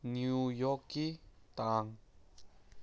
new ꯌꯣꯛꯀꯤ ꯇꯥꯡ